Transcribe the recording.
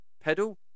pedal